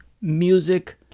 music